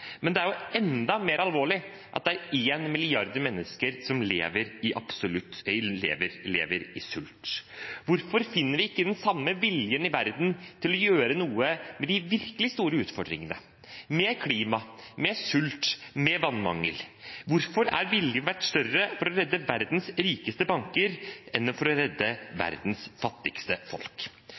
Men det er enda mer alvorlig at det er en milliard mennesker som lever i sult. Hvorfor finner vi ikke den samme viljen i verden til å gjøre noe med de virkelig store utfordringene –med klima, med sult, med vannmangel? Hvorfor har viljen vært større for å redde verdens rikeste banker enn for å redde verdens fattigste folk?